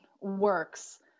works